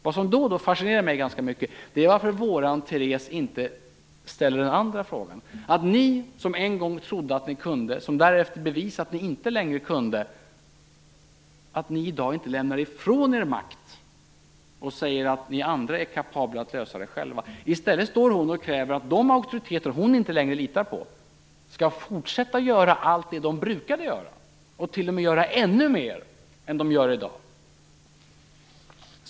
Vad som då och då fascinerar mig ganska mycket är varför Therese inte ställer den andra frågan: Ni som en gång trodde att ni kunde och som därefter bevisade att ni inte längre kunde - varför lämnar ni i dag inte ifrån er makt och säger att vi andra är kapabla att lösa det själva? I stället kräver hon att de auktoriteter hon inte längre litar på skall fortsätta göra allt det som de brukade göra och t.o.m. göra ännu mer än de gör i dag.